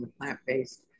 plant-based